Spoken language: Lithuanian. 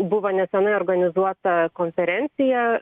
buvo neseniai organizuota konferencija